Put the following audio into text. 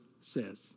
says